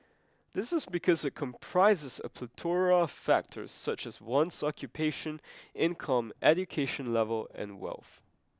this is because it comprises a plethora of factors such as one's occupation income education level and wealth